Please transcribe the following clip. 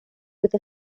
with